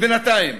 ובינתיים,